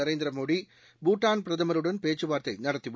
நரேந்திரமோடி பூடான் பிரதமருடன் பேச்சுவாா்த்தை நடத்தி